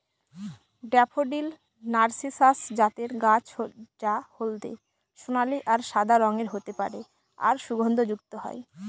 daffodil narcissus জাতের গাছ যা হলদে সোনালী আর সাদা রঙের হতে পারে আর সুগন্ধযুক্ত হয়